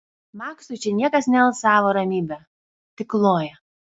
maksui čia niekas nealsavo ramybe tik kloja